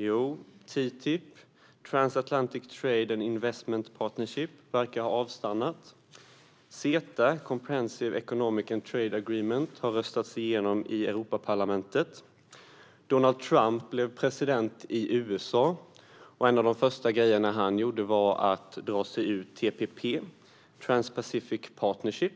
Jo, TTIP, Transatlantic Trade and Investment Partnership, verkar ha avstannat, och CETA, Comprehensive Economic and Trade Agreement, har röstats igenom i Europaparlamentet. Donald Trump blev president i USA, och en av de första saker han gjorde var att lämna TPP, Trans-Pacific Partnership,